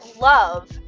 love